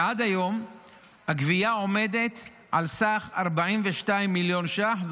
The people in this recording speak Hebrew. עד היום הגבייה עומדת על סך 42 מיליון שקלים,